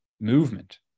movement